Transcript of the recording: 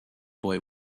boy